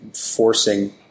forcing